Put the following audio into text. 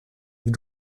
avec